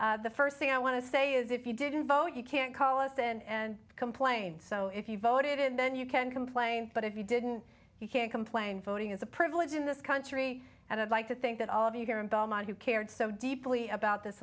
voted the first thing i want to say is if you didn't vote you can't call us and complain so if you voted in then you can complain but if you didn't you can't complain voting is a privilege in this country and i'd like to think that all of you here in belmont who cared so deeply about this